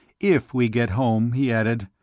if we get home, he added.